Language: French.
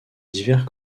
divers